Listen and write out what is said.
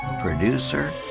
producer